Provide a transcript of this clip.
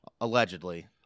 Allegedly